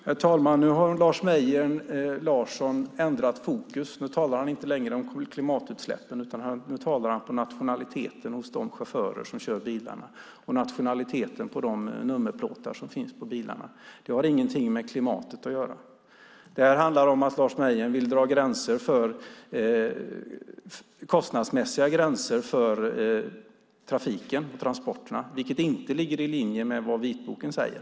Herr talman! Nu har Lars Mejern Larsson ändrat fokus. Nu talar han inte längre om klimatutsläppen, utan nu talar han om nationaliteten hos de chaufförer som kör bilarna och nationaliteten på de nummerplåtar som finns på bilarna. Det har ingenting med klimatet att göra. Detta handlar om att Lars Mejern vill dra kostnadsmässiga gränser för trafiken och transporterna, vilket inte ligger i linje med vad vitboken säger.